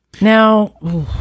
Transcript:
Now